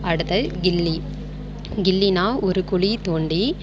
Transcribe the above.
அடுத்தது கில்லி கில்லினா ஒரு குழி தோண்டி